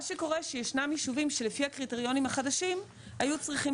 מה שקורה שישנם ישובים שלפי הקריטריונים החדשים היו צריכים